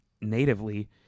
natively